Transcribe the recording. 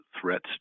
threats